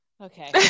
okay